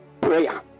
prayer